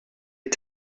est